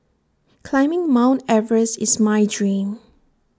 climbing mount Everest is my dream